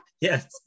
Yes